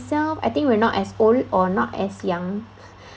myself I think we're not as old or not as young